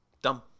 Dumb